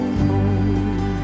home